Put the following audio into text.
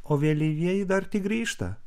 o vėlyvieji dar tik grįžta